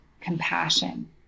compassion